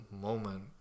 moment